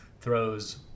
throws